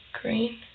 Green